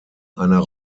einer